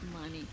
money